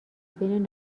بین